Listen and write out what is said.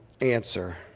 answer